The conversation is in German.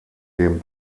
dem